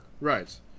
right